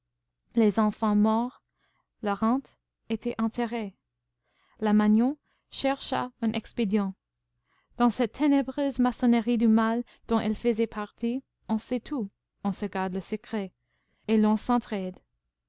les enfants morts la rente était enterrée la magnon chercha un expédient dans cette ténébreuse maçonnerie du mal dont elle faisait partie on sait tout on se garde le secret et l'on s'entr'aide